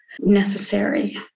necessary